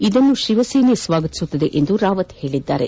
ಇದನ್ನು ಶಿವಸೇನೆ ಸ್ನಾಗತಿಸುತ್ತದೆ ಎಂದು ರಾವತ್ ಹೇಳಿದರು